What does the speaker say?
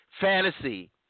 fantasy